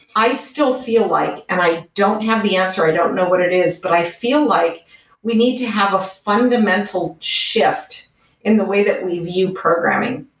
i still feel like, and i don't have the answer. i don't know what it is, but i feel like we need to have a fundamental shift in the way that we view programming.